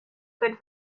good